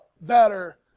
better